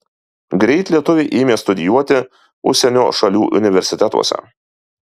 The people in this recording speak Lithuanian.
greit lietuviai ėmė studijuoti užsienio šalių universitetuose